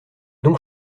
donc